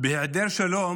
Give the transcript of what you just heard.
בהיעדר שלום